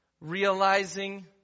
realizing